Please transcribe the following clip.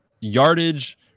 yardage